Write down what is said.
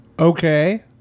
Okay